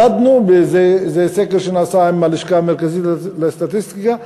מדדנו, זה סקר שנעשה עם הלשכה המרכזית לסטטיסטיקה,